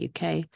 UK